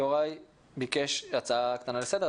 יוראי ביקש הצעה קטנה לסדר,